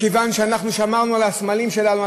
מכיוון שאנחנו שמרנו על הסמלים שלנו,